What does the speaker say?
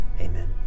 amen